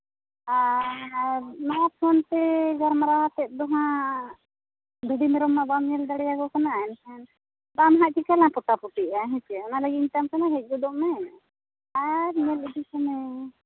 ᱟᱨ ᱱᱚᱣᱟ ᱯᱷᱳᱱ ᱛᱮ ᱜᱟᱞᱢᱟᱨᱟᱣ ᱟᱛᱮᱫ ᱫᱚᱦᱟᱸᱜ ᱵᱷᱤᱰᱤ ᱢᱮᱨᱚᱢ ᱢᱟ ᱵᱟᱢ ᱧᱮᱞ ᱫᱟᱲᱮᱭᱟᱠᱚ ᱠᱟᱱᱟ ᱮᱱᱠᱷᱟᱱ ᱫᱟᱢ ᱦᱟᱸᱜ ᱪᱤᱠᱟᱹ ᱞᱟᱝ ᱯᱳᱴᱟ ᱯᱩᱴᱤᱜᱼᱟ ᱦᱮᱸᱥᱮ ᱚᱱᱟ ᱞᱟᱹᱜᱤᱫ ᱤᱧ ᱢᱮᱛᱟᱢ ᱠᱟᱱᱟ ᱦᱮᱡ ᱜᱚᱫᱚᱜ ᱢᱮ ᱟᱨ ᱧᱮᱞ ᱤᱫᱚ ᱠᱚᱢᱮ